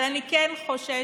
אבל אני כן חוששת